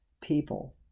people